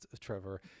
Trevor